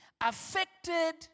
affected